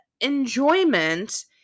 enjoyment